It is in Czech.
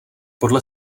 podle